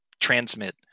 transmit